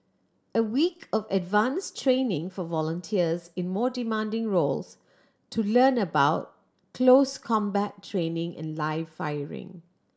a week of advance training for volunteers in more demanding roles to learn about close combat training and live firing